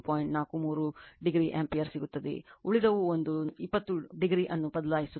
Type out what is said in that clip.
43o ampere ಸಿಗುತ್ತದೆ ಉಳಿದವು ಒಂದು 20o ಅನ್ನು ಬದಲಾಯಿಸುತ್ತಿದೆ